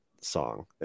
song